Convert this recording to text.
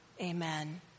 Amen